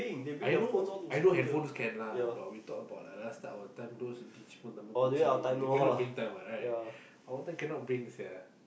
I know I know handphones can lah but we talk about like last time our time those Digimon Tamagochi you cannot bring time what right our time cannot bring sia